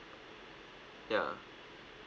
ya